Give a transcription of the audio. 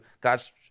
God's